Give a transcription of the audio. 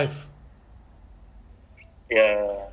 but I think